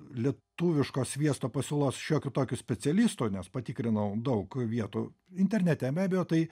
lietuviško sviesto pasiūlos šiokiu tokiu specialistu nes patikrinau daug vietų internete be abejo tai